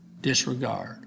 Disregard